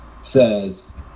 says